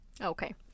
okay